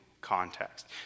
context